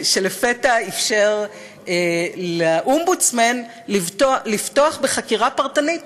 שלפתע אפשר לאומבודסמן לפתוח בחקירה פרטנית